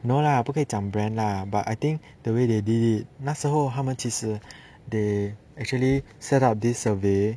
no lah 不可以讲 brand lah but I think the way they did it 那时候他们其实 they actually set up this survey